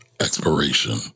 expiration